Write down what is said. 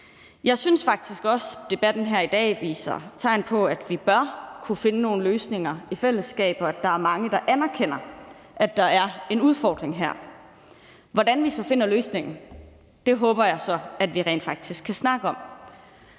Jeg synes faktisk også, debatten her i dag viser tegn på, at vi bør kunne finde nogle løsninger i fællesskab, og at der er mange, der anerkender, at der er en udfordring her. Hvordan vi så finder løsningerne, håber jeg så at vi kan snakke om.